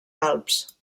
alps